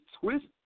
twist